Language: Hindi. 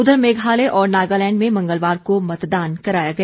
उधर मेघालय और नगालैंड में मंगलवार को मतदान कराया गया